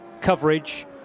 coverage